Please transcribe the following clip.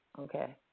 Okay